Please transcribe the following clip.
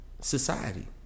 society